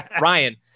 Ryan